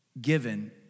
given